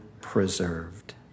preserved